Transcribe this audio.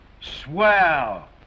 Swell